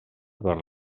per